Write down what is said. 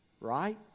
right